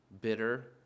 bitter